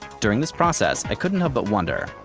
during this process, i couldn't help but wonder.